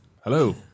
Hello